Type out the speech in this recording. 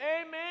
Amen